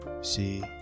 See